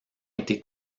été